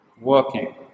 working